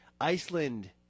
Iceland